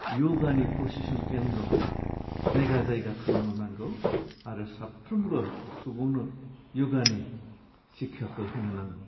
य'गानि प्रसिशन केन्द्र जायगा जायगा खालामनो नांगौ आरो साफ्रोमबो सुबुंनो य'गानि सिकाखौ होनो नांगौ